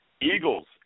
Eagles